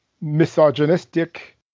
misogynistic